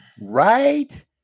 Right